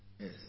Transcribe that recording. Yes